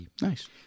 nice